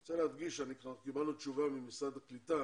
אני רוצה להדגיש שבעקבות פנייה שלנו כבר קיבלנו תשובה ממשרד הקליטה.